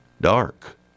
dark